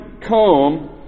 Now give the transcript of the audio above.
come